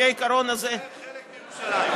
לפי העיקרון הזה, נשארת חלק מירושלים.